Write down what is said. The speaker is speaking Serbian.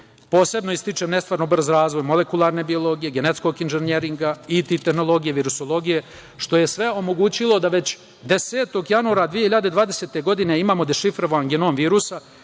lečenja. Posebno ističem nestvarno brz razvoj molekularne biologije, genetskog inženjeringa, IT tehnologije, virusologije, što je sve omogućilo da već 10. januara 2020. godine imamo dešifrovan genom virusa